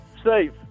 Steve